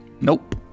Nope